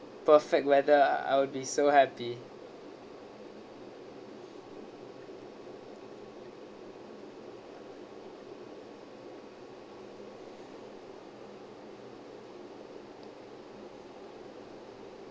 perfect weather I I'll be so happy